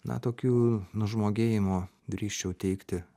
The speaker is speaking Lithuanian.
na tokių nužmogėjimo drįsčiau teigti